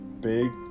big